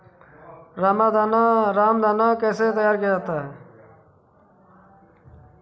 रामदाना कैसे तैयार किया जाता है?